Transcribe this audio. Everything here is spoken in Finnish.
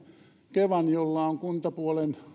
kevan jolla on kuntapuolen